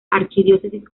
archidiócesis